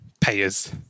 payers